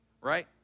right